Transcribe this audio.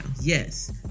yes